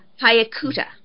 Hayakuta